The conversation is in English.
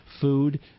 food